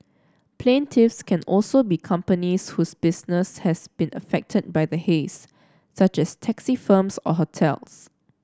plaintiffs can also be companies whose business has been affected by the haze such as taxi firms or hotels